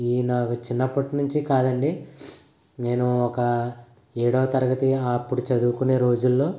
ఇవి నాకు చిన్నప్పటి నుంచి కాదండి నేను ఒక ఏడవ తరగతి అప్పుడు చదువుకునే రోజులలో